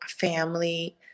family